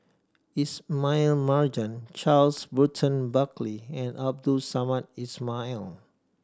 Ismail Marjan Charles Burton Buckley and Abdul Samad Ismail